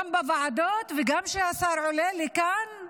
גם בוועדות וגם כשהשר עולה לכאן,